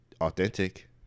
Authentic